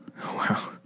Wow